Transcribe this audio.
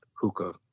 hookah